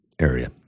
area